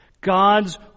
god's